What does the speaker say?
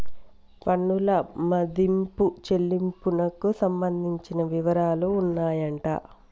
పన్నుల మదింపు చెల్లింపునకు సంబంధించిన వివరాలు ఉన్నాయంట